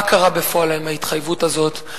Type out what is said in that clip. מה קרה בפועל עם ההתחייבות הזאת?